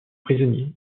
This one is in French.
prisonnier